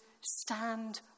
stand